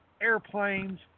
airplanes